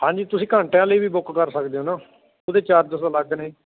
ਹਾਂਜੀ ਤੁਸੀਂ ਘੰਟਿਆਂ ਲਈ ਵੀ ਬੁੱਕ ਕਰ ਸਕਦੇ ਹੋ ਨਾ ਉਹਦੇ ਚਾਰਜਸ ਅਲੱਗ ਨੇ